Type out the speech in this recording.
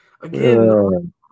again